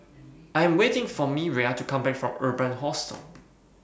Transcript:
I Am waiting For Miriah to Come Back from Urban Hostel